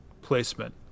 placement